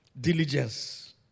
Diligence